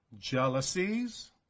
jealousies